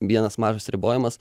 vienas mažas ribojimas